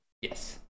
Yes